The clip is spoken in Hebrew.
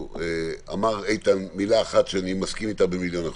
אמר איתן מילה אחת שאני מסכים איתה במיליון אחוז: